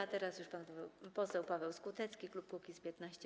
A teraz już pan poseł Paweł Skutecki, klub Kukiz’15.